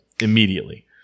immediately